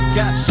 got